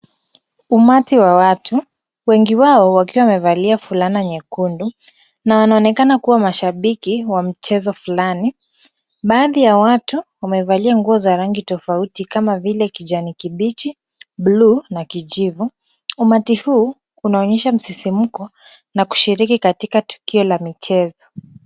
Umati wa watu wengi wao wakiwa wamevalia fulana nyekundu na wanaonekana kuwa mashabiki wa mchezo fulani. Baadhi ya watu wamevalia nguo za rangi tofauti kama vile kijani kibichi, buluu na kijivu. Umati huu unaonyesha msisimuko na kushiriki katika tukio la michezo.